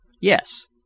Yes